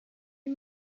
you